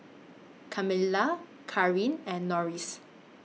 Kamilah Kareen and Norris